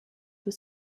were